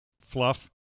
fluff